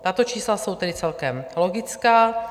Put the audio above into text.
Tato čísla jsou tedy celkem logická.